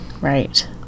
Right